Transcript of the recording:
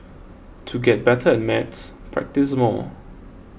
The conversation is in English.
to get better at maths practise more